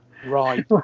right